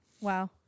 Wow